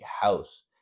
house